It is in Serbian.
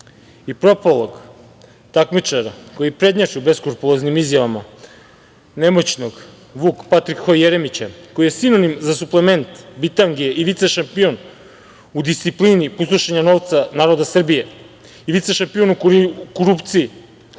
i propalog takmičara koji prednjači u beskrupuloznim izjavama, nemoćnog, Vuk Patrik Ho Jeremića, koji je sinonim za suplement bitange i vicešampion u disciplini pustošenja novca naroda Srbije i vicešampion u korupciji,